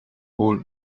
old